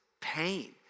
pain